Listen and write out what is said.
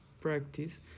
practice